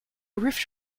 rift